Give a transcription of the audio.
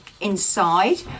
inside